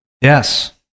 Yes